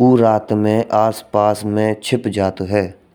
वो रात में आस पास में छिप जात है।